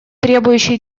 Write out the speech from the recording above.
требующий